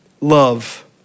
love